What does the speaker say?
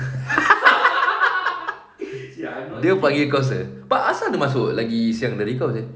dia panggil kau sir but asal dia masuk lagi siang dari kau seh